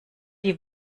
die